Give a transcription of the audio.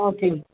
okay